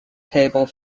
table